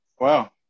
Wow